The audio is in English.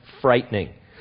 frightening